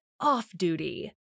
off-duty